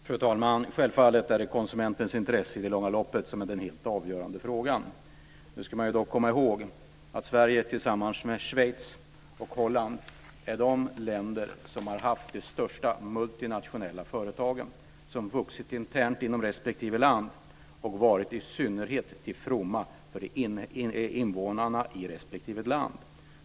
Fru talman! Självfallet är det konsumentens intresse i det långa loppet som är den helt avgörande frågan. Nu ska man ju dock komma ihåg att Sverige tillsammans med Schweiz och Holland är de länder som har haft de största multinationella företagen som vuxit internt inom respektive land och varit synnerligen till fromma för invånarna i respektive land.